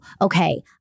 okay